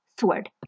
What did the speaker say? sword